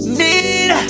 need